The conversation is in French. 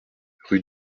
rue